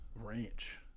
Ranch